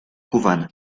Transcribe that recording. cubana